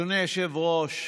אדוני היושב-ראש,